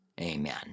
amen